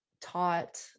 taught